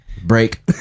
Break